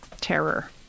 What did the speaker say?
terror